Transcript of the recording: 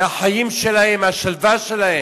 מהחיים שלהם, מהשלווה שלהם.